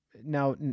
Now